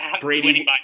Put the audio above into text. Brady